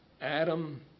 Adam